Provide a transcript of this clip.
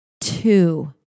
two